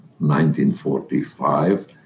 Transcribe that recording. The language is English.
1945